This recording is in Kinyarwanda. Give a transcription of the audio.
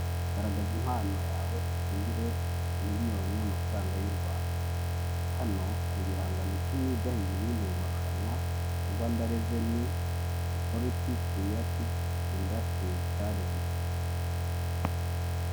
Garagaza impano yawe utsindire miriyoni y'amafaranga y' u Rwanda, hano hari ibihangano icumi byahize ibindi mu amarushanwa ya Rwanda Reveni Otoriti Kereyative Indastri Carenji.